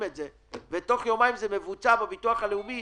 את זה ותוך יומיים זה מבוצע בביטוח הלאומי